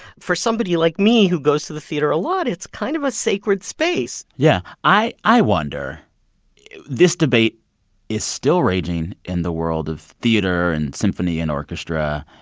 for somebody like me who goes to the theater a lot, it's kind of a sacred space yeah, i i wonder this debate is still raging in the world of theater and symphony and orchestra.